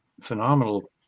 phenomenal